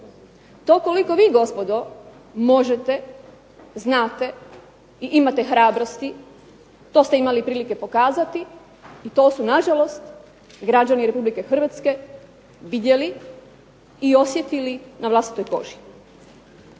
To koliko vi gospodo možete, znate i imate hrabrosti to ste imali prilike pokazati i to su nažalost građani Republike Hrvatske vidjeli i osjetili na vlastitoj koži.